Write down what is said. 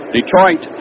Detroit